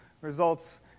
results